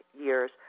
years